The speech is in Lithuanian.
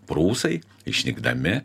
prūsai išnykdami